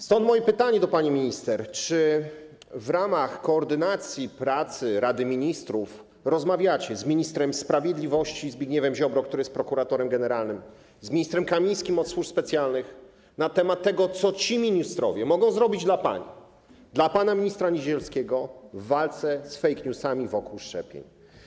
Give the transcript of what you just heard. Stąd moje pytanie do pani minister: Czy w ramach koordynacji pracy Rady Ministrów rozmawiacie z ministrem sprawiedliwości Zbigniewem Ziobro, który jest prokuratorem generalnym, z ministrem Kamińskim od służb specjalnych na temat tego, co ci ministrowie mogą zrobić dla pani, dla pana ministra Niedzielskiego w walce z fake newsami wokół szczepień?